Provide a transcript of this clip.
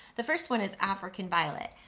the first one is african violet.